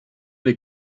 les